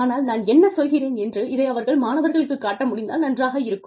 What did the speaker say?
ஆனால் நான் என்ன சொல்கிறேன் என்று இதை அவர்கள் மாணவர்களுக்குக் காட்ட முடிந்தால் நன்றாக இருக்கும்